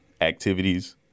activities